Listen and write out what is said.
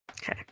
okay